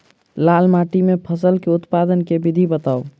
लाल माटि मे फसल केँ उत्पादन केँ विधि बताऊ?